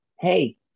hey